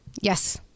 Yes